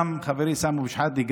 חברי סמי אבו שחאדה,